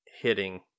hitting